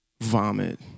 vomit